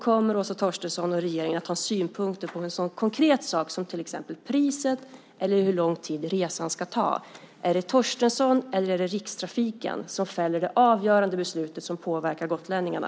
Kommer Åsa Torstensson och regeringen att ha synpunkter på en sådan konkret sak som till exempel priset eller hur lång tid resan ska ta? Är det Åsa Torstensson eller Rikstrafiken som fattar det avgörande beslutet som påverkar gotlänningarna?